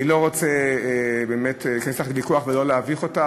אני לא רוצה באמת להיכנס אתך לוויכוח ולא להביך אותך,